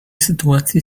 sytuacji